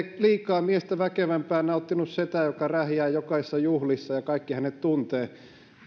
liikaa miestä väkevämpää nauttinut setä joka rähjää jokaisissa juhlissa ja jonka kaikki tuntee